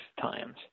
times